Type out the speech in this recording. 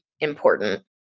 important